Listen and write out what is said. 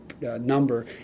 number